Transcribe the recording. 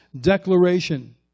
declaration